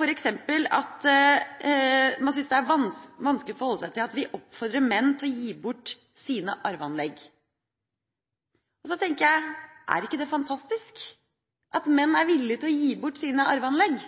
f.eks. det er vanskelig å forholde seg til dette at vi oppfordrer menn til å gi bort sine arveanlegg. Da tenker jeg: Er det ikke fantastisk at menn er villig til å gi bort sine arveanlegg?